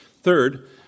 Third